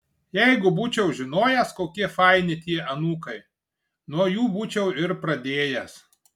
jeigu būčiau žinojęs kokie faini tie anūkai nuo jų būčiau ir pradėjęs